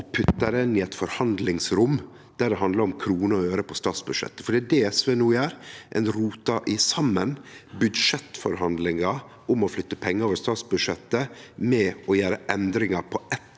og puttar dei inn i eit forhandlingsrom, der det handlar om kroner og øre på statsbudsjettet – for det er det SV no gjer. Ein rotar saman budsjettforhandlingar om å flytte pengar over statsbudsjettet og det å gjere endringar på eitt